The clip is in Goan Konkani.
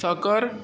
साकर